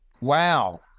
Wow